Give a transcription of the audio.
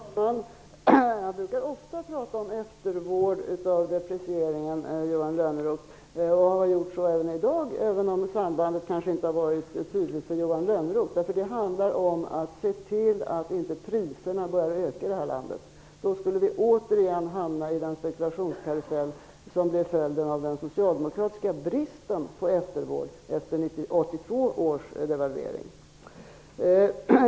Fru talman! Jag brukar ofta prata om eftervård av deprecieringen, och jag har gjort så även i dag, även om sambandet kanske inte har varit tydligt för Johan Lönnroth. Det handlar om att se till att priserna inte börjar öka i Sverige. Då skulle vi återigen hamna i den spekulationskarusell som blev följden av den socialdemokratiska bristen på eftervård efter 1982 års devalvering.